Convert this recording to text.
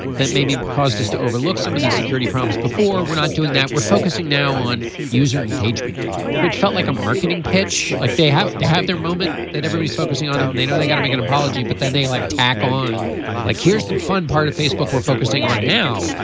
that maybe caused us to overlook some of these security problems before we're not doing that. we're focusing now on user engagement which felt like a marketing pitch like they have they have their moment that everybody's focusing on them. they know they're gonna to make an apology but then they like tack on like here's the fun part of facebook we're focusing on now.